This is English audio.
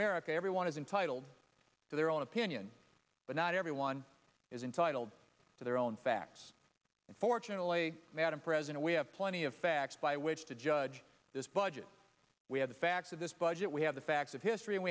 america everyone is entitled to their own opinion but not everyone is entitled to their own facts unfortunately madam president we have plenty of facts by which to judge this budget we have the facts of this budget we have the facts of history and